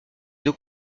deux